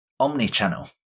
OmniChannel